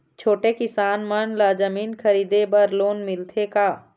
छोटे किसान मन ला जमीन खरीदे बर लोन मिलथे का?